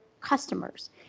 customers